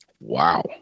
Wow